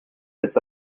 faites